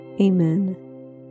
Amen